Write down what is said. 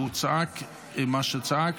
הוא צעק מה שצעק.